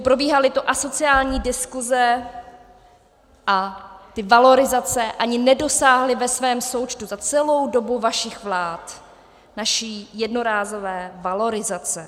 Probíhaly tu asociální diskuse a ty valorizace ani nedosáhly ve svém součtu za celou dobu vašich vlád naší jednorázové valorizace.